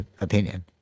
opinion